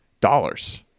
dollars